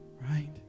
Right